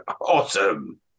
Awesome